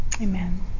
Amen